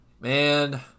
Man